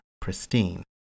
pristine